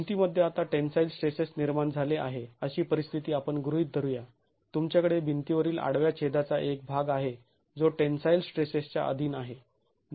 भिंतीमध्ये आता tensile stresses निर्माण झाले आहे अशी परिस्थिती आपण गृहीत धरू या तुमच्याकडे भिंतीवरील आडव्या छेदाचा एक भाग आहे जो टेन्साईल स्ट्रेसेसच्या अधीन आहे